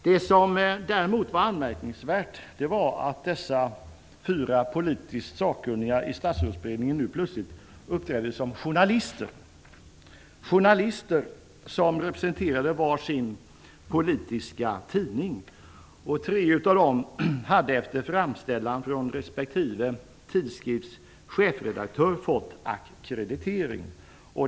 Det som däremot var anmärkningsvärt var att dessa fyra politiskt sakkunniga i statsrådsberedningen nu plötsligt uppträdde som journalister som representerade var sin politiska tidning. Tre av dessa personer hade efter framställan från respektive tidskrift chefredaktör fått ackreditering.